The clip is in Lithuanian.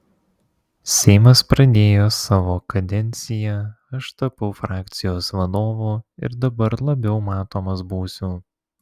seimas pradėjo savo kadenciją aš tapau frakcijos vadovu ir dabar labiau matomas būsiu